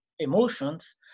emotions